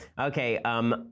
Okay